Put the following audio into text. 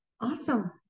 Awesome